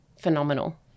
phenomenal